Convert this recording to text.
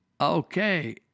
Okay